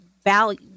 value